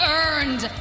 earned